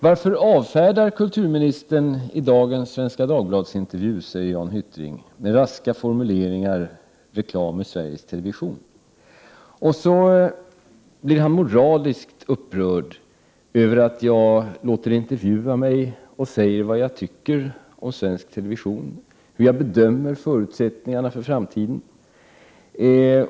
Varför avfärdar kulturministern i dagens Svenska Dagbladet-intervju, frågar Jan Hyttring, med raska formuleringar reklam i Sveriges Television? Så blir han moraliskt upprörd över att jag låter intervjua mig och säger vad jag tycker om svensk television, hur jag bedömer förutsättningarna för framtiden.